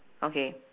okay